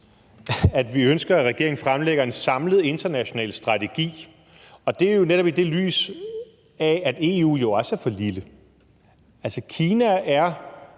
at vi ønsker, at regeringen fremlægger en samlet international strategi, og det er jo netop i det lys, at EU jo også er for lille. Kina er